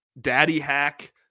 daddy-hack